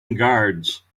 guards